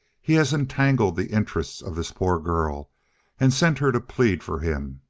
he has entangled the interest of this poor girl and sent her to plead for him.